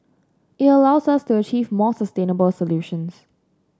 it allows us to achieve more sustainable solutions